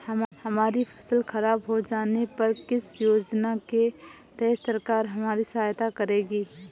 हमारी फसल खराब हो जाने पर किस योजना के तहत सरकार हमारी सहायता करेगी?